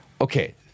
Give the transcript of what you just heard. okay